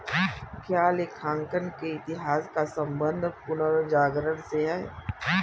क्या लेखांकन के इतिहास का संबंध पुनर्जागरण से है?